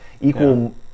equal